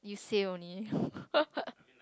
you say only